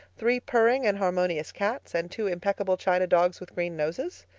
three purring and harmonious cats, and two impeccable china dogs with green noses?